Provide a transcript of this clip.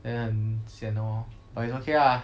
有点 sian lor but it's okay lah